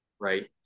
right